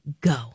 Go